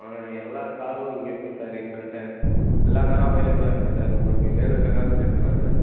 ஆ எல்லா காரும் இங்கே இருக்குது சார் எங்கள்கிட்ட எல்லா காரும் அவைலபிளாக இருக்குது சார் உங்களுக்கு வேணும்ன்ற கார் வந்து எடுத்துக்கலாம் சார்